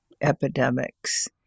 epidemics